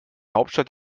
hauptstadt